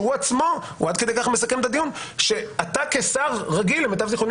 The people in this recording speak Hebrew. שהוא עד כדי כך מסכם את הדיון שהוא כשר רגיל למיטב זכרוני